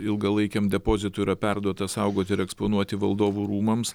ilgalaikiam depozitui yra perduota saugoti ir eksponuoti valdovų rūmams